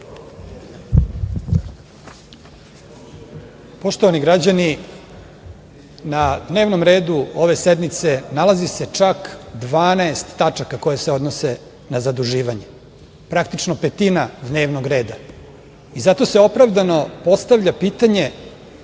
Poštovani građani na dnevnom redu ove sednice nalazi se čak 12 tačaka koje se odnose na zaduživanje, praktično petina dnevnog reda i zato se opravdano postavlja pitanje